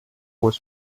was